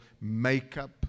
makeup